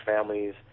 families